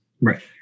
Right